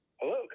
Hello